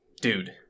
Dude